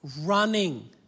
running